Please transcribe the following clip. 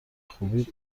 خوبی